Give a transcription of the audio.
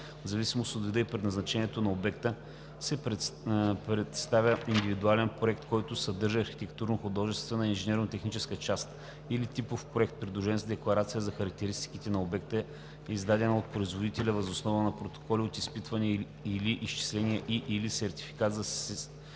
В зависимост от вида и предназначението на обекта се представя индивидуален проект, който съдържа архитектурно-художествена и инженерно-техническа част, или типов проект, придружен с декларация за характеристиките на обекта, издадена от производителя въз основа на протоколи от изпитване или изчисления и/или сертификат за система